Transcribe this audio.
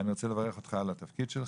אני רוצה לברך אותך על התפקיד,